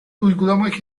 uygulamak